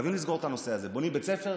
חייבים לסגור את הנושא הזה, בונים בית ספר?